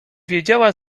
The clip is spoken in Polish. wiedziała